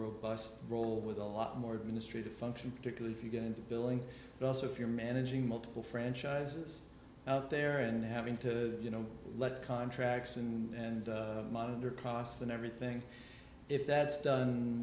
robust role with a lot more administrative functions particularly if you get into billing but also if you're managing multiple franchises out there and having to you know let contracts and monitor cost and everything if that's done